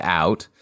out